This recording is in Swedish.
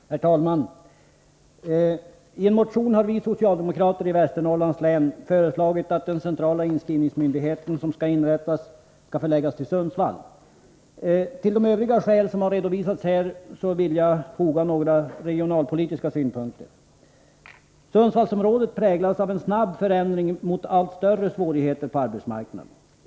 Herr talman! I en motion har vi socialdemokrater i Västernorrlands län föreslagit att den centrala inskrivningsmyndighet som skall inrättas skall förläggas till Sundsvall. Till de övriga skäl för detta som har redovisats här vill jag foga några regionalpolitiska synpunkter. Sundsvallsområdet präglas av en snabb förändring mot allt större svårigheter på arbetsmarknaden.